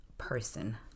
person